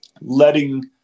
letting